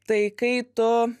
tai kai tu